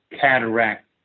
cataract